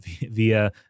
via